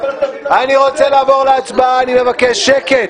אני רוצה לעבור להצבעה, אני מבקש שקט.